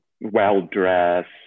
well-dressed